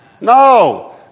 No